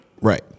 Right